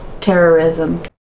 terrorism